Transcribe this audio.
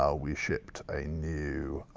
ah we shipped a new